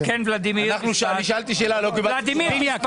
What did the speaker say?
כן, ולדימיר.